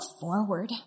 forward